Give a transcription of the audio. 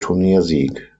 turniersieg